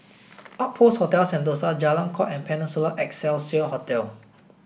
Outpost Hotel Sentosa Jalan Kuak and Peninsula Excelsior Hotel